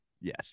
Yes